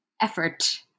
effort